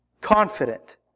confident